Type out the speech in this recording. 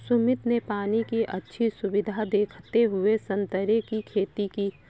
सुमित ने पानी की अच्छी सुविधा देखते हुए संतरे की खेती की